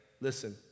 listen